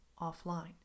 offline